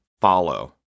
follow